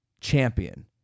champion